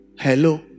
Hello